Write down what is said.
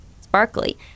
sparkly